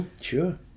Sure